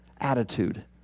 attitude